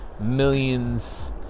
millions